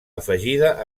afegida